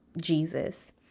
Jesus